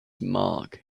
mark